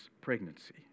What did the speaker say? pregnancy